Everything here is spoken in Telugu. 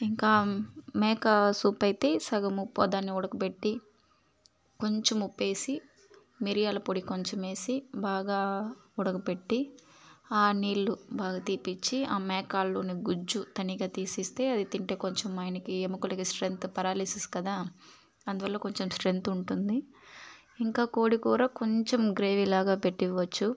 ఇంకా మేక సూప్ అయితే సగం ఉప్పా దాన్ని ఉడకబెట్టి కొంచెం ఉప్పేసి మిరియాల పొడి కొంచెమేసి బాగా ఉడకబెట్టి ఆ నీళ్లు బాగా తీపిచ్చి ఆ మెక్కాల్లోని గుజ్జు తనీగా తీసిస్తే అది తింటే కొంచెం ఆయనకి ఎముకలకి స్ట్రెంత్ పేరాలసిస్ కదా అందువల్ల కొంచెం స్ట్రెంత్ ఉంటుంది ఇంకా కోడి కూర కొంచెం గ్రేవీలాగ పెట్టివ్వచ్చు